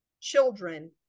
children